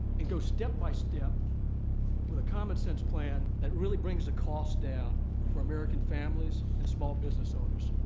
and go step by step with a common-sense plan that really brings the costs down for american families and small business owners.